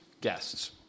guests